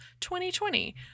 2020